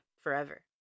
forever